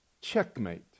checkmate